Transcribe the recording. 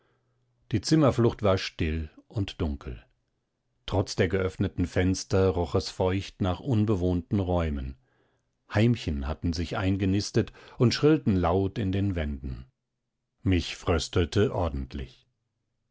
die zimmerflucht war still und dunkel trotz der geöffneten fenster roch es feucht nach unbewohnten räumen heimchen hatten sich eingenistet und schrillten laut in den wänden mich fröstelte ordentlich